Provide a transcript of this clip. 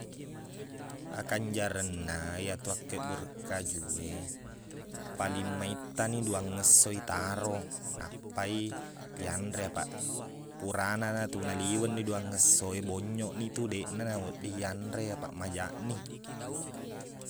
Akanjarenna iyatu akkebbureng kaju e paling maettani duang esso itaro nappai iyanre apaq purana na tu naliwengni duang esso e bonnyokni deqna nawedding iyanre apaq majaqni